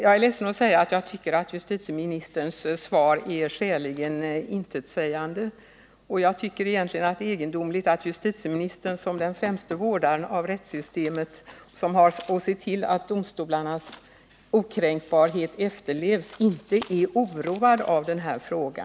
Jag är ledsen att säga att jag tycker justitieministerns svar är skäligen intetsägande, och det är egendomligt att justitieministern, som är den främste vårdaren av rättssystemet och som har att se till att domstolarnas okränkbarhet efterlevs, inte är oroad av denna fråga.